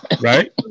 right